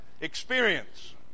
experience